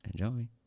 Enjoy